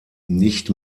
nicht